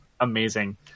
amazing